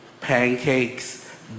pancakes